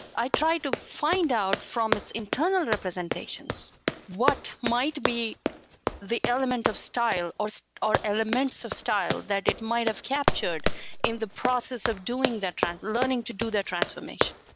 i try to find out from its internal representations what might be the element of style or so or elements of style that it might have captured in the process of doing that, and learning to do that transformation,